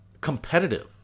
competitive